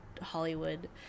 Hollywood